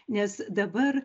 nes dabar